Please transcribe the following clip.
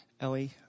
Ellie